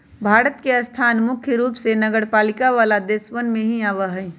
भारत के स्थान मुख्य रूप से नगरपालिका वाला देशवन में ही आवा हई